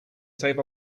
save